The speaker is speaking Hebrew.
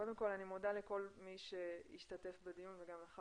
קודם כל אני מודה לכל מי שהשתתף בדיון וגם לך,